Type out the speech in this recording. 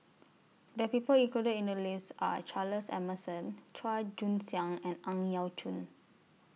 The People included in The list Are Charles Emmerson Chua Joon Siang and Ang Yau Choon